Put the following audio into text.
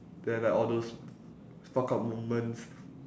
then like all those fuck up moments